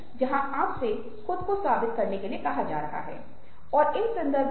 और यहां मैं सिर्फ एक विशेष विचार करुणा की अवधारणा पर बात करूंगा